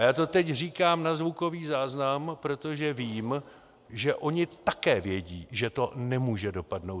A já to teď říkám na zvukový záznam, protože vím, že oni také vědí, že to nemůže dopadnout jinak.